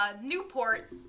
Newport